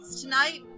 tonight